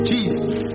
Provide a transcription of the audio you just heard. Jesus